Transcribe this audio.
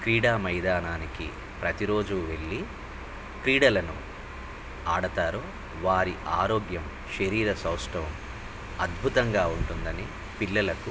క్రీడా మైదానానికి ప్రతిరోజు వెళ్లి క్రీడలను ఆడతారో వారి ఆరోగ్యం శరీర సౌష్టవం అద్భుతంగా ఉంటుందని పిల్లలకు